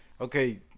okay